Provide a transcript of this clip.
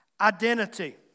Identity